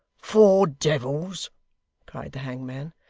four devils cried the hangman.